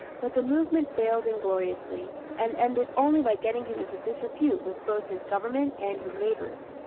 but the movement failed ingloriously, and ended only by getting him into disrepute with both his government and his neighbors.